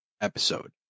episode